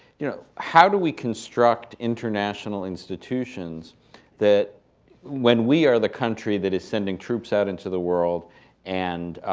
you know, how do we construct international institutions that when we are the country that is sending troops out into the world and,